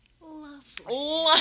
Lovely